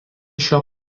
šio